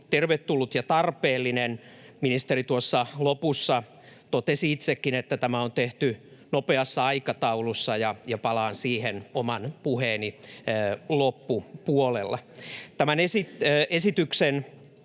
tervetullut ja tarpeellinen. Ministeri tuossa lopussa totesi itsekin, että tämä on tehty nopeassa aikataulussa, ja palaan siihen oman puheeni loppupuolella. Tämän esityksen